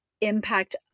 impact